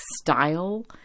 style